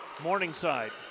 Morningside